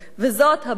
וזאת הבעיה